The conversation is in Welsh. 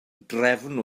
drefn